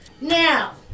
Now